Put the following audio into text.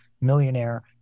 millionaire